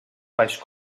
baix